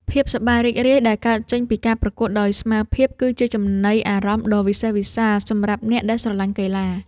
ភាពសប្បាយរីករាយដែលកើតចេញពីការប្រកួតដោយស្មើភាព គឺជាចំណីអារម្មណ៍ដ៏វិសេសវិសាលសម្រាប់អ្នកដែលស្រឡាញ់កីឡា។